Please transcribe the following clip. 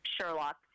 Sherlock